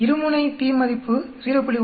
இரு முனை p மதிப்பு 0